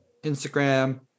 instagram